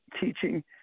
teaching